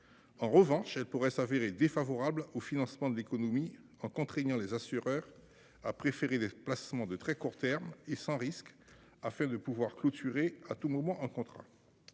En revanche, elle pourrait s'avérer défavorables au financement de l'économie en contraignant les assureurs à préférer les placements de très court terme et sans risque, afin de pouvoir clôturer à tout moment en contrat.